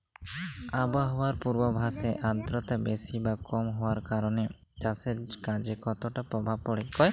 আবহাওয়ার পূর্বাভাসে আর্দ্রতা বেশি বা কম হওয়ার কারণে চাষের কাজে কতটা প্রভাব পড়ে?